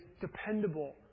dependable